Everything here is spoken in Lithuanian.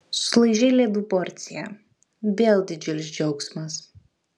sulaižei ledų porciją vėl didžiulis džiaugsmas